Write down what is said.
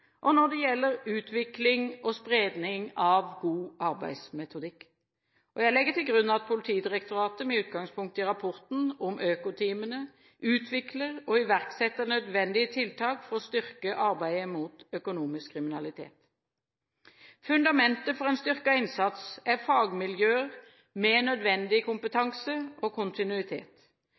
og når det gjelder utvikling og spredning av god arbeidsmetodikk. Jeg legger til grunn at Politidirektoratet med utgangspunkt i rapporten om økoteamene utvikler og iverksetter nødvendige tiltak for å styrke arbeidet mot økonomisk kriminalitet. Fundamentet for en styrket innsats er fagmiljøer med nødvendig kompetanse og kontinuitet.